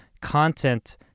content